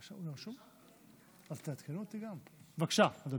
רגע, רגע, גם אני